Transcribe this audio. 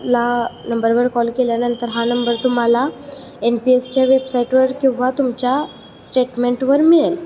ला नंबरवर कॉल केल्यानंतर हा नंबर तुम्हाला एन पी एसच्या वेबसाईटवर किंवा तुमच्या स्टेटमेंटवर मिळेल